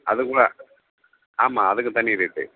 அதுக்குலாம் ஆமாம் அதுக்குத் தனி ரேட்டு